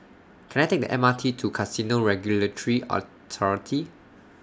Can I Take The M R T to Casino Regulatory Authority